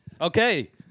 Okay